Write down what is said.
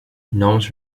gnomes